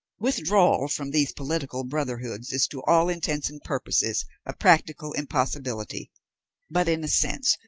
withdrawal from these political brotherhoods is to all intents and purposes a practical impossibility but, in a sense,